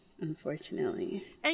unfortunately